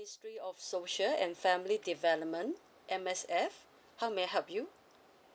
of social and family development M_S_F how may I help you